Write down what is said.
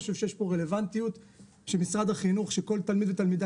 אני חושב שיש פה רלוונטיות שבמשרד החינוך כל תלמיד ותלמידה,